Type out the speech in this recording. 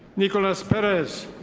nicolas perez.